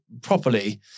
properly